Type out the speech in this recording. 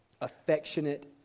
affectionate